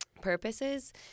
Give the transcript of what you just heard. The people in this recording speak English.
purposes